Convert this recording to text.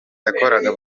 yakoraga